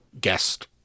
guest